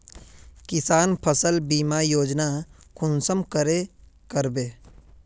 किसान फसल बीमा योजना कुंसम करे करबे?